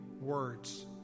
words